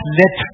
let